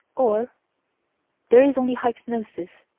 or there is only hypnosis.